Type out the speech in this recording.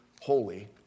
holy